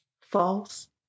False